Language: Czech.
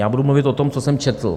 Já budu mluvit o tom, co jsem četl.